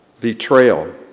betrayal